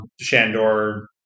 Shandor